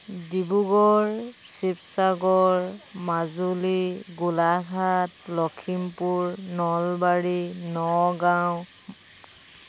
Dibrugarh Sivasagar Majuli Golaghat Lakhimpur Nalbari Nagaon